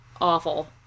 awful